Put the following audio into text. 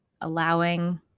Allowing